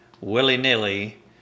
willy-nilly